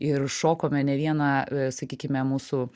ir šokome ne vieną sakykime mūsų